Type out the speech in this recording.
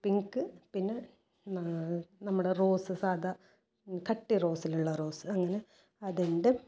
pink പിന്നെ നമ്മുടെ rose സാദാ കട്ടി റോസിലുള്ള റോസ് അങ്ങനെ അതുണ്ട്